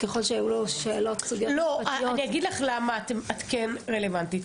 ככל שיש שאלות --- אני אגיד לך למה את כן רלוונטית.